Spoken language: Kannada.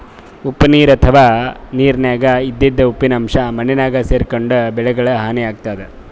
ಉಪ್ಪ್ ನೀರ್ ಅಥವಾ ನೀರಿನ್ಯಾಗ ಇದ್ದಿದ್ ಉಪ್ಪಿನ್ ಅಂಶಾ ಮಣ್ಣಾಗ್ ಸೇರ್ಕೊಂಡ್ರ್ ಬೆಳಿಗಳಿಗ್ ಹಾನಿ ಆತದ್